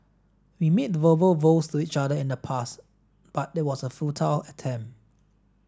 we made verbal vows to each other in the past but it was a futile attempt